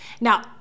Now